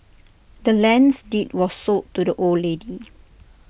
the land's deed was sold to the old lady